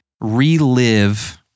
relive